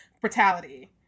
brutality